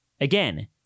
Again